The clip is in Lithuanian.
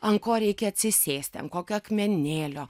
ant ko reikia atsisėsti ant kokio akmenėlio